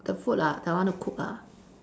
the food ah that I want to cook ah